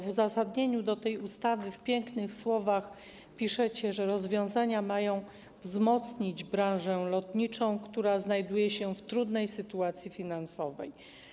W uzasadnieniu ustawy w pięknych słowach piszecie, że rozwiązania mają wzmocnić branżę lotniczą, która znajduje się w trudnej sytuacji finansowej.